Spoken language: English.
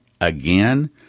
again